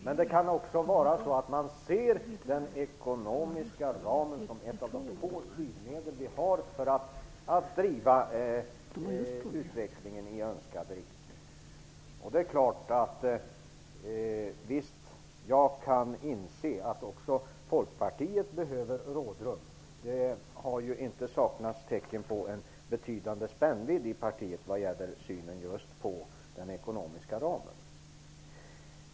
Men det kan också vara så att man ser den ekonomiska ramen som ett av de få styrmedel vi har för att driva utvecklingen i önskad riktning. Jag inser att även Folkpartiet behöver rådrum. Det har ju inte saknats tecken på en betydande spännvidd i partiet vad gäller synen på den ekonomiska ramen.